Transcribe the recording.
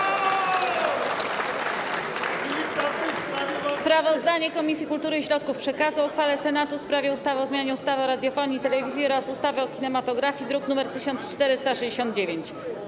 Przedstawiam sprawozdanie Komisji Kultury i Środków Przekazu o uchwale Senatu w sprawie ustawy o zmianie ustawy o radiofonii i telewizji oraz ustawy o kinematografii, druk nr 1469.